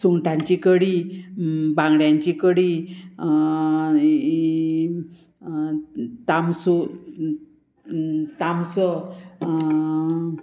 सुंगटांची कडी बांगड्यांची कडी तामसू तामसो